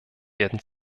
werden